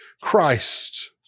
Christ